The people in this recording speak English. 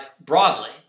broadly